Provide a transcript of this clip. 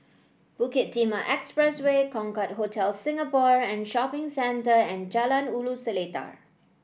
Bukit Timah Expressway Concorde Hotel Singapore and Shopping Centre and Jalan Ulu Seletar